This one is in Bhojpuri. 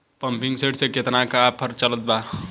पंपिंग सेट पर केतना के ऑफर चलत बा?